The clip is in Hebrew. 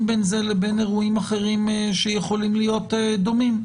בין זה לבין אירועים אחרים שיכולים להיות דומים.